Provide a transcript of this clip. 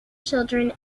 children